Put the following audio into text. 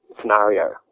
scenario